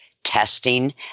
testing